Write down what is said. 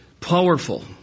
Powerful